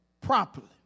properly